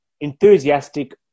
enthusiastic